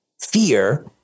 fear